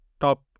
top